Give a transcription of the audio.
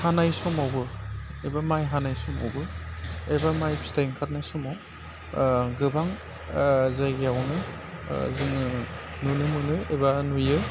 हानाय समावबो एबा माइ हानाय समावबो एबा माइ फिथाय ओंखारनाय समाव गोबां जायगायावनो जोङो नुनो मोनो एबा नुयो